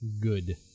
good